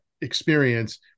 experience